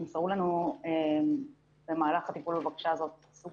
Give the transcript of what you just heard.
נמסרו לנו במהלך הטיפול בבקשה הזאת סוג